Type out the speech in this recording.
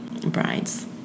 brides